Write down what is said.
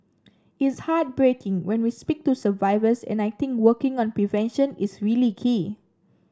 it's heartbreaking when we speak to survivors and I think working on prevention is really key